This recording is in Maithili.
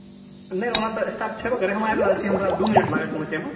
नहि ओना तऽ स्टाफ छेबे करै हम आबि रहल छी दू मिनट लागत पहुँचैमे